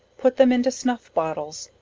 put them into snuff bottles,